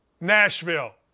Nashville